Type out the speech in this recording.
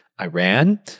Iran